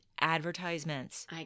advertisements